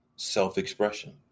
self-expression